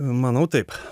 manau taip